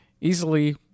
easily